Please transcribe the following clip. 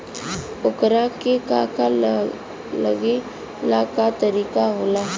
ओकरा के का का लागे ला का तरीका होला?